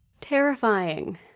terrifying